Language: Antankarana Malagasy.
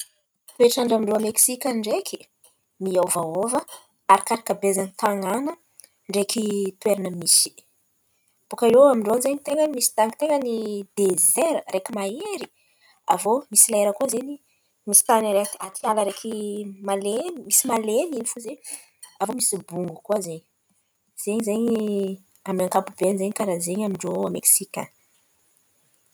toetrandra amindrô Meksiky an̈y ndreky miôvaôva arakaraka abezany tan̈àna ndreky toerana misy. Bôka iô amindrô an̈y zen̈y ten̈a misy tan̈y ten̈a ny dezaira araiky mahery. Aviô misy lera koa zen̈y, misy tan̈y araiky atiala araiky malen̈y misy malen̈y iny fo zen̈y aviô misy bongo koa zen̈y. Zen̈y zen̈y amin'ny ankapobeny karà zen̈y amindrô a Meksiky an̈y.